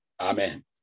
Amen